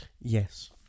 Yes